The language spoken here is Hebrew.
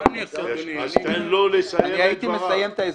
תן לו לסיים את ההסבר.